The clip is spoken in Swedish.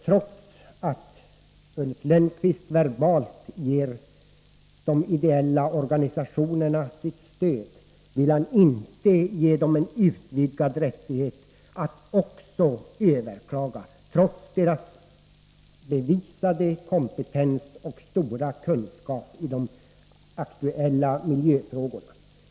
Trots att Ulf Lönnqvist verbalt ger de ideella organisationerna sitt stöd vill han inte ge dem en utvidgad rättighet att också överklaga, trots deras bevisade kompetens och stora kunskap i de aktuella miljöfrågorna.